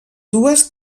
dues